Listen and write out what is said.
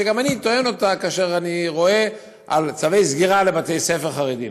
וגם אני טוען אותה כאשר אני רואה צווי סגירה לבתי-ספר חרדיים.